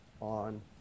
on